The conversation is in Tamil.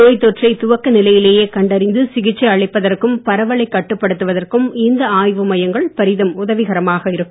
நோய் தொற்றை துவக்க நிலையிலேயே கண்டு அறிந்து சிகிச்சை அளிப்பதற்கும் பரவலை கட்டுப்படுத்துவதற்கும் இந்த ஆய்வு மையங்கள் பெரிதும் உதவிகரமாக இருக்கும்